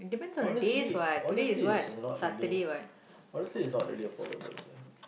honestly honestly this is a lot really honestly it's not really affordable also